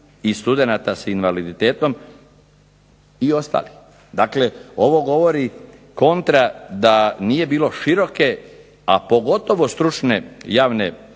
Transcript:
i studenata sa invaliditetom i ostali. Dakle, ovo govori kontra da nije bilo široke, a pogotovo stručne javne rasprave